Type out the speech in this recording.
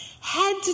Head